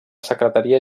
secretaria